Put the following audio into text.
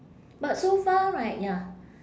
but so far right ya